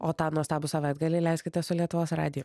o tą nuostabų savaitgalį leiskite su lietuvos radiju